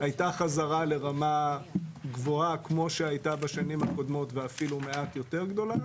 הייתה חזרה לרמה גבוהה כמו שהייתה בשנים הקודמות ואפילו מעט יותר גדולה,